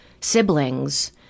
siblings